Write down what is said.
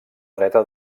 dreta